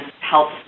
help